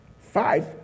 five